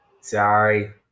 sorry